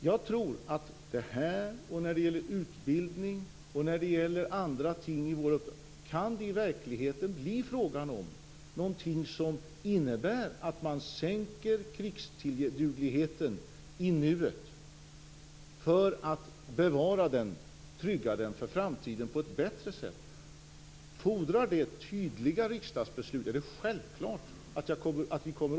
Jag tror att när det gäller detta, när det gäller utbildning och när det gäller andra ting kan det i verkligheten bli fråga om någonting som innebär att man sänker krigsdugligheten i nuet för att på ett bättre sätt bevara och trygga den för framtiden. Om det fordrar tydliga riksdagsbeslut är det självklart att vi återkommer.